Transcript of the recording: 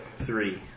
three